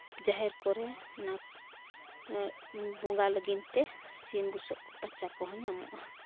ᱡᱟᱦᱮᱨ ᱠᱚᱨᱮ ᱚᱱᱟ ᱵᱚᱸᱜᱟ ᱞᱟᱹᱜᱤᱫᱛᱮ ᱥᱤᱢ ᱵᱩᱥᱟᱹᱜ ᱠᱚ ᱯᱟᱪᱟ ᱠᱚᱦᱚᱸ ᱧᱟᱢᱚᱜᱼᱟ